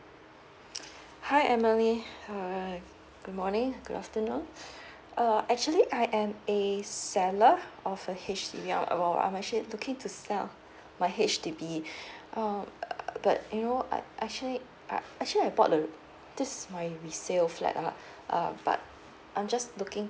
hi emily uh good morning good afternoon uh actually I am a seller of a H_D_B um I'm actually looking to sell my H_D_B uh but you know uh actually uh actually I bought um this is my resale flat luh uh but I'm just looking